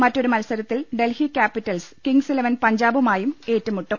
മറ്റൊരു മത്സരത്തിൽ Delhi Capitals Kings Eleven പഞ്ചാ ബുമായും ഏറ്റുമുട്ടും